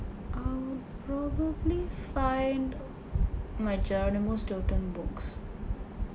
I will probably find my geronimo stilton books